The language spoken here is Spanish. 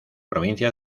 provincia